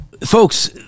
folks